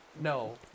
No